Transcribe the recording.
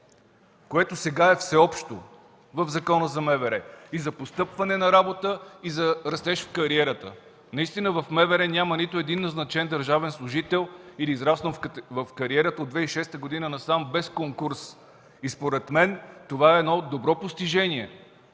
което сега е всеобщо в Закона за МВР – и за постъпване на работа, и за растеж в кариерата. Наистина в МВР няма нито един назначен държавен служител или израснал в кариера от 2006 г. насам без конкурс. И, според мен, това е едно добро постижение,